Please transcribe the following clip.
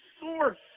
source